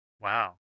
Wow